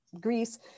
Greece